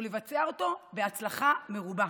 ולבצע אותו בהצלחה מרובה.